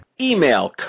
Email